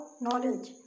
knowledge